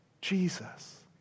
Jesus